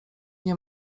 nie